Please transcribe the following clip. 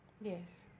Yes